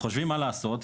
חושבים מה לעשות,